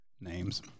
names